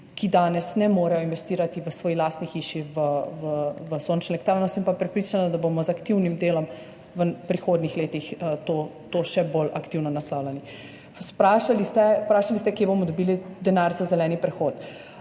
ki danes ne morejo investirati v svoji lastni hiši v sončno elektrarno. Sem pa prepričana, da bomo z aktivnim delom v prihodnjih letih to še bolj aktivno naslavljali. Vprašali ste, od kod bomo dobili denar za zeleni prehod.